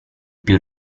più